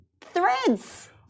Threads